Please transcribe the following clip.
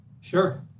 Sure